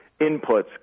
inputs